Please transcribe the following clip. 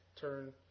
Turn